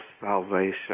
salvation